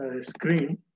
screen